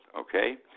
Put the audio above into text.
okay